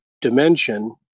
dimension